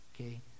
Okay